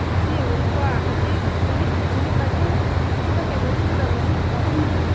ꯍꯥꯏꯕꯗꯤ ꯌꯦꯟꯉꯨꯅꯦꯀꯣ ꯍꯧꯖꯤꯛ ꯅꯨꯃꯤꯠ ꯅꯨꯃꯤꯠ ꯃꯁꯤꯡ ꯉꯁꯤꯒ ꯀꯩꯅꯣ ꯁꯨꯔꯝꯃꯅꯤ ꯑꯍꯨꯝꯅꯤ